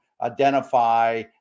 identify